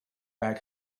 back